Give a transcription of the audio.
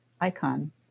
icon